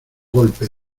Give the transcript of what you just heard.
golpe